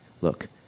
Look